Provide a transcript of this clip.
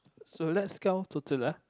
so let's count total lah